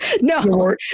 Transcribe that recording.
No